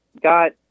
got